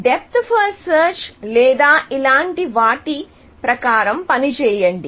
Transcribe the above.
depth first search లేదా ఇలాంటి వాటి ప్రకారం పని చేయండి